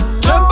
Jump